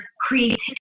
creativity